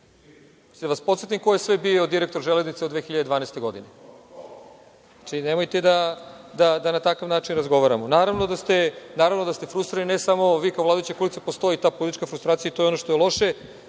da vas podsetim ko je sve bio direktor „Železnice“ od 2012. godine? Znači, nemojte da na takav način razgovaramo. Naravno da ste frustrirani, ne samo vi kao vladajuća koalicija. Postoji ta politička frustracija, i to je ono što je loše,